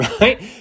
right